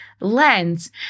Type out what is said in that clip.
lens